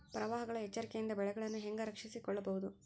ಪ್ರವಾಹಗಳ ಎಚ್ಚರಿಕೆಯಿಂದ ಬೆಳೆಗಳನ್ನು ಹೇಗೆ ರಕ್ಷಿಸಿಕೊಳ್ಳಬಹುದು?